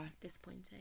Disappointing